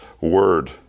word